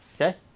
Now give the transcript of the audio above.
Okay